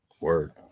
Word